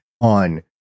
on